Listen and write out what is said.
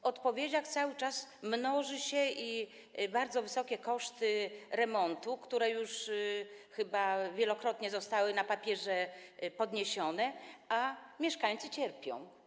W odpowiedziach cały czas mnoży się bardzo wysokie koszty remontu, które chyba już wielokrotnie zostały na papierze zwiększone, a mieszkańcy cierpią.